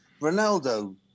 Ronaldo